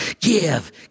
Give